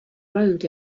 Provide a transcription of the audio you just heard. road